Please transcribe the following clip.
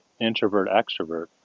introvert-extrovert